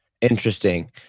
interesting